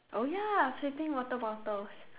oh ya flipping water bottles